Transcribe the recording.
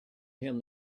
him